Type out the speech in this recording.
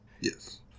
Yes